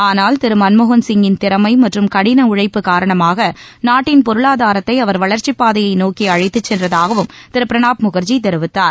ஆனால் திரு மன்மோகன்சிங்கின் திறமை மற்றும் கடின உழைப்பு காரணமாக நாட்டின் பொருளாதாரத்தை அவர் வளர்ச்சிப் பாதையை நோக்கி அழைத்து சென்றதாகவும் திரு பிரணாப் முகர்ஜி தெரிவித்தார்